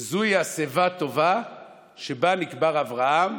וזו השיבה הטובה שבה נקבר אברהם,